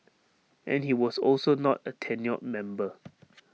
and he was also not A tenured member